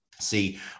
See